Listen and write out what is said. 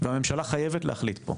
והממשלה חייבת להחליט פה.